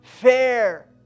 fair